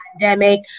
pandemic